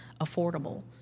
affordable